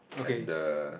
at the